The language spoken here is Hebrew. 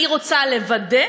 אני רוצה לוודא